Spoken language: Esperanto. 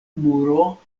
muro